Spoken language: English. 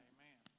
Amen